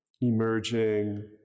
emerging